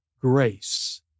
grace